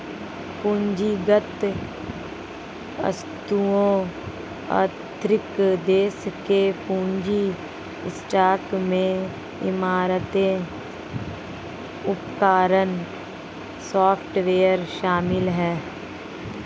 पूंजीगत वस्तुओं आर्थिक देश के पूंजी स्टॉक में इमारतें उपकरण सॉफ्टवेयर शामिल हैं